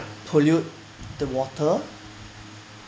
pollute the water